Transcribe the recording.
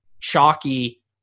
chalky